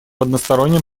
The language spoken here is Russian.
одностороннем